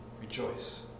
Rejoice